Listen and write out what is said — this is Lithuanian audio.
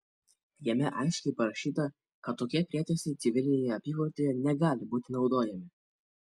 jame aiškiai parašyta kad tokie prietaisai civilinėje apyvartoje negali būti naudojami